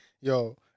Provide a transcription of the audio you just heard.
yo